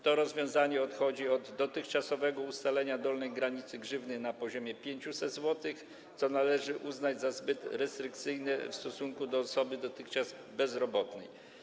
To rozwiązanie odchodzi od rozwiązania dotychczasowego, od ustalenia dolnej granicy grzywny na poziomie 500 zł, co należy uznać za zbyt restrykcyjne w stosunku do osoby dotychczas bezrobotnej.